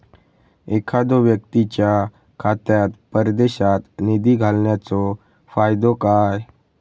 एखादो व्यक्तीच्या खात्यात परदेशात निधी घालन्याचो फायदो काय?